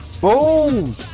boom